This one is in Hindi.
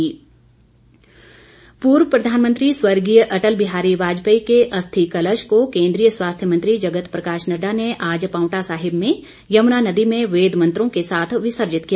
अटल श्रद्वांजलि पूर्व प्रधानमंत्री स्वर्गीय अटल बिहारी वाजपेयी के अस्थि कलश को केन्द्रीय स्वास्थ्य मंत्री जगत प्रकाश नड़डा ने आज पांवटा साहिब में यमुना नदी में वेद मंत्रों के साथ विसर्जित किया